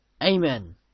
Amen